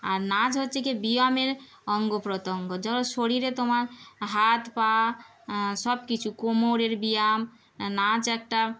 আর নাচ হচ্ছে কি ব্যায়ামের অঙ্গ প্রত্যঙ্গ যখন শরীরে তোমার হাত পা সব কিছু কোমরের ব্যায়াম নাচ একটা